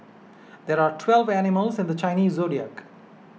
there are twelve animals in the Chinese zodiac